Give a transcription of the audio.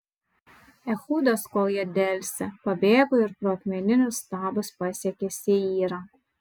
ehudas kol jie delsė pabėgo ir pro akmeninius stabus pasiekė seyrą